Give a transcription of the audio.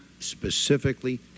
specifically